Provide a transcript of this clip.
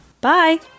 bye